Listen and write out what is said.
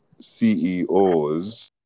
CEOs